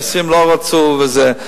אז, אנשים לא רצו וזה.